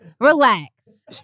Relax